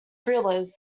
thrillers